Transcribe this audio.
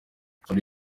hari